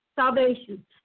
salvation